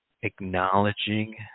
acknowledging